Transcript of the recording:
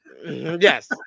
yes